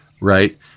Right